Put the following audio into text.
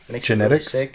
Genetics